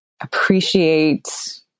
appreciate